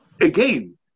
Again